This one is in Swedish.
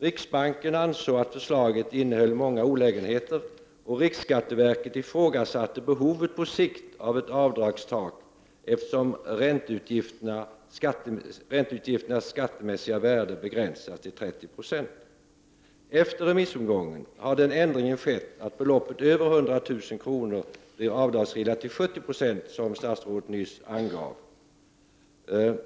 Riksbanken ansåg att förslaget innehöll många olägenheter, och riksskatteverket ifrågasatte behovet på sikt av ett avdragstak, eftersom ränteutgifternas skattemässiga värde begränsas till 30 96. Efter remissomgången har den ändringen skett att belopp över 100 000 kr. blir avdragsgilla till 70 96 — vilket statsrådet nyss angav.